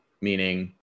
meaning